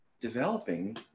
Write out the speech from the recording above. developing